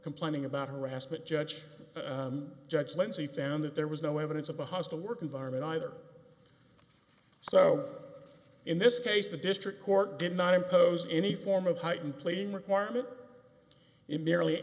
complaining about harassment judge judge lindsay found that there was no evidence of a hostile work environment either so in this case the district court did not impose any form of heightened plaiting requirement